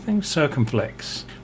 circumflex